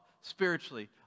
spiritually